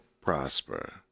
prosper